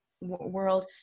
world